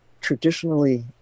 traditionally